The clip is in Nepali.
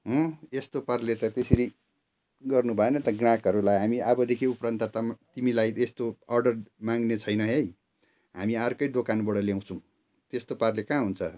यस्तो पाराले त त्यसरी गर्नु भएन त ग्रहाकहरूलाई हामी अबदेखि उपरान्त त तिमीलाई यस्तो अर्डर माग्ने छैन है हामी अर्कै दोकानबाट ल्याउँछौँ त्यस्तो पाराले कहाँ हुन्छ